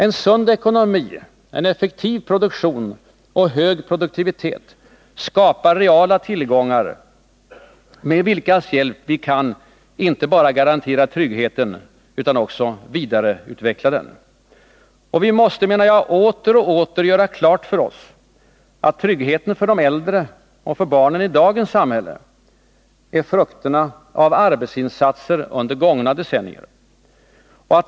En sund ekonomi, en effektiv produktion och hög produktivitet skapar reala tillgångar med vilkas hjälp vi kan inte bara garantera tryggheten, utan också vidareutveckla den. Och vi måste, menar jag, åter och åter göra klart för oss att tryggheten för de äldre och för barnen i dagens samhälle är frukterna av arbetsinsatser under gångna decennier.